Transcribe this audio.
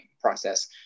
process